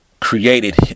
created